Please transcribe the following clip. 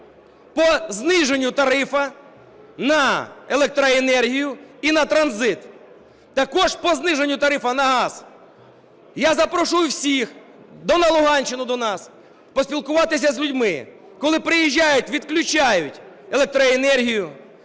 по зниженню тарифу на електроенергію і на транзит, також про зниженню тарифу на газ. Я запрошую всіх на Луганщину до нас поспілкуватися з людьми. Коли приїжджають, відключають електроенергію,